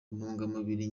ntungamubiri